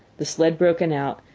the sled broken out,